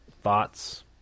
Thoughts